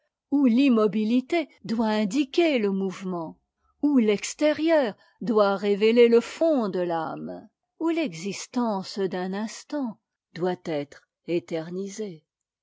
où pimmahitité doit indiquer le mouvement où t'extérieur doit révéler le fond de l'âme où l'existence d'un instant doit être éternisée